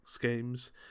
games